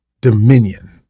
dominion